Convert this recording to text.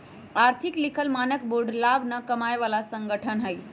आर्थिक लिखल मानक बोर्ड लाभ न कमाय बला संगठन हइ